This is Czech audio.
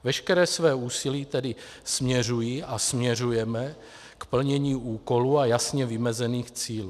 Veškeré své úsilí tedy směřují a směřujeme k plnění úkolů a jasně vymezených cílů.